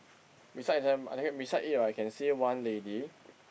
beside them I think can beside it right I can see one lady